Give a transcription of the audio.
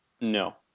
No